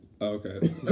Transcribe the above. okay